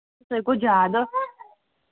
سُے گوٚو زیادٕ